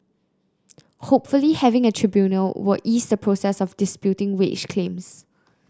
hopefully having a tribunal will ease the process of disputing wage claims